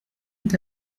est